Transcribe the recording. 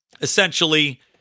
essentially